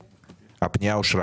הצבעה הפנייה אושרה